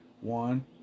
One